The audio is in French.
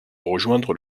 rejoindre